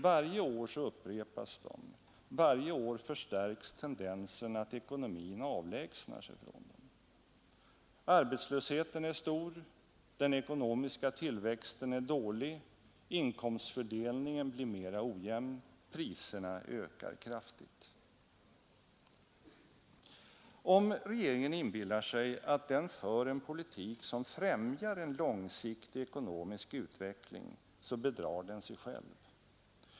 Varje år upprepas de — varje år förstärks tendensen att ekonomin avlägsnar sig ifrån dem. Arbetslösheten är stor, den ekonomiska tillväxten är dålig, inkomstfördelningen blir mera ojämn, priserna ökar kraftigt. Om regeringen inbillar sig att den för en politik som främjar en långsiktig ekonomisk utveckling, så bedrar den sig själv.